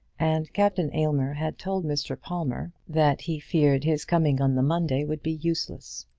and captain aylmer had told mr. palmer that he feared his coming on the monday would be useless.